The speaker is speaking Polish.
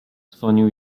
dzwonił